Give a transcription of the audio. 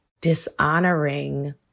dishonoring